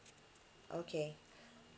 okay